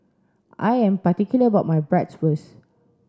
I am particular about my Bratwurst